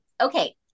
Okay